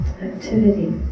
activity